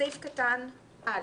בסעיף קטן (א)